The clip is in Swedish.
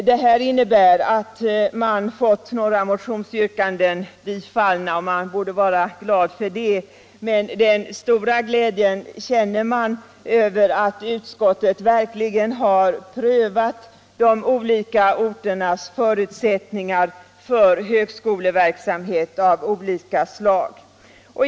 Det här innebär att några av våra motionsyrkanden bifallits, och man borde vara glad för det. Men den stora glädjen känner man över att utskottet verkligen har prövat de olika orternas förutsättningar för högskoleverksamhet av olika slag.